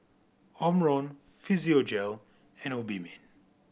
Omron Physiogel and Obimin